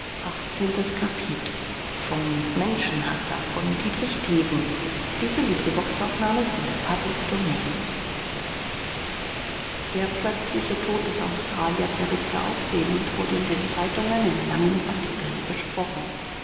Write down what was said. der plötzliche tod des australiers erregte aufsehen und wurde in den zeitungen in langen artikeln besprochen